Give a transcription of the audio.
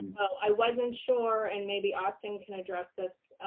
so i wasn't sure and maybe austin can address this.